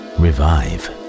revive